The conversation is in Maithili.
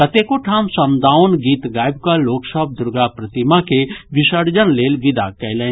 कतेको ठाम समदाओन गीत गाबि कऽ लोक सभ दुर्गा प्रतिमा के विसर्जन लेल विदा कयलनि